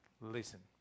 listen